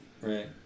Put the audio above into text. right